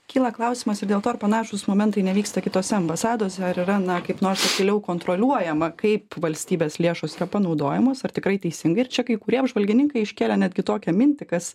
kyla klausimas ir dėl to ar panašūs momentai nevyksta kitose ambasadose ar yra na kaip nors akyliau kontroliuojama kaip valstybės lėšos yra panaudojamos ar tikrai teisingai ir čia kai kurie apžvalgininkai iškėlė netgi tokią mintį kas